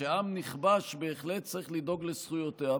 שעם נכבש בהחלט צריך לדאוג לזכויותיו,